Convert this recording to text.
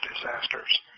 disasters